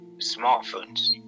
smartphones